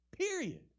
Period